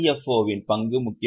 CFOவின் பங்கும் முக்கியமானது